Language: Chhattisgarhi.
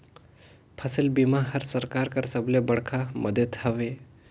फसिल बीमा हर सरकार कर सबले बड़खा मदेत हवे